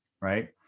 right